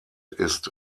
ist